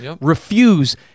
Refuse